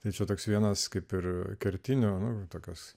tai čia toks vienas kaip ir kertinio nuotakas